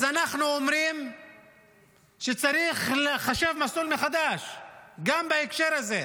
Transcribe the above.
אז אנחנו אומרים שצריך לחשב מסלול מחדש גם בהקשר הזה.